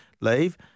leave